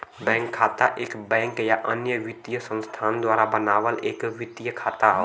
bank खाता एक bank या अन्य वित्तीय संस्थान द्वारा बनावल एक वित्तीय खाता हौ